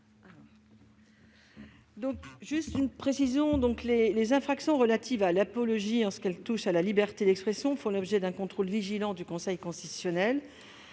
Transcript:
de la commission ? Les infractions relatives à l'apologie, en ce qu'elles touchent à la liberté d'expression, font l'objet d'un contrôle vigilant du Conseil constitutionnel.